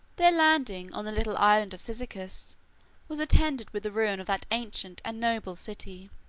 their landing on the little island of cyzicus was attended with the ruin of that ancient and noble city.